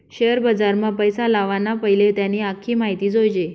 share बजारमा पैसा लावाना पैले त्यानी आख्खी माहिती जोयजे